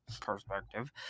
perspective